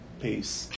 peace